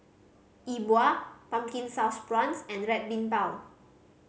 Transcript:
E Bua Pumpkin Sauce Prawns and Red Bean Bao